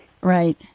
Right